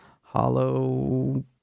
hollow